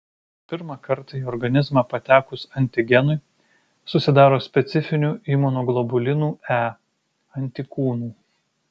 pirmą kartą į organizmą patekus antigenui susidaro specifinių imunoglobulinų e antikūnų